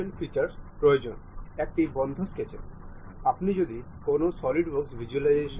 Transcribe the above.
সুতরাং এখনও এই ফিন কেসিং মধ্যে ঠিক করা প্রয়োজন